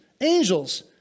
Angels